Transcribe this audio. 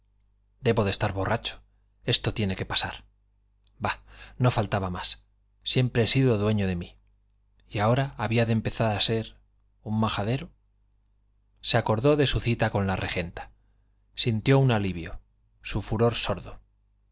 debo de estar borracho esto tiene que pasar bah no faltaba más siempre he sido dueño de mí y ahora había de empezar a ser un majadero se acordó de su cita con la regenta sintió un alivio su furor sordo